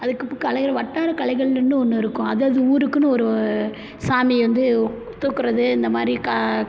அதுக்கு அப் கலைகள் வட்டார கலைகள்னுன்னு ஒன்று இருக்கும் அது அது ஊருக்குன்னு ஒரு சாமி வந்து தூக்கிறது இந்த மாதிரி கா